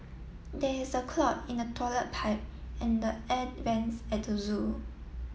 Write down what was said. there is a clog in the toilet pipe and the air vents at the zoo